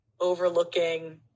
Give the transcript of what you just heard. overlooking